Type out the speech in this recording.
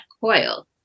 coil